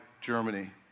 Germany